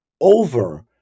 over